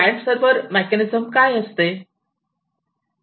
client server mechanism काय असते